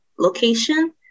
location